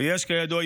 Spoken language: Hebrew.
וכידוע,